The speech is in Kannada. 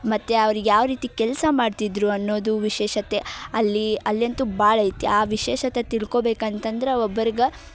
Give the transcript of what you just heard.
ಮತ್ತು ಅವ್ರಿಗೆ ಯಾವ ರೀತಿ ಕೆಲಸ ಮಾಡ್ತಿದ್ದರು ಅನ್ನೋದು ವಿಶೇಷತೆ ಅಲ್ಲಿ ಅಲ್ಯಂತು ಭಾಳ ಐತಿ ಆ ವಿಶೇಷತೆ ತಿಳ್ಕೊಬೇಕು ಅಂತಂದ್ರೆ ಒಬ್ಬರಿಗೆ